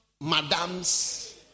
madam's